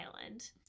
island